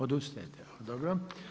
Odustajete, dobro.